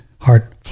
heart